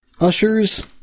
Ushers